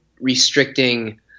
restricting